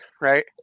Right